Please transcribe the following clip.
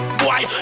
boy